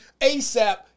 ASAP